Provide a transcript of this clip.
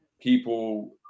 people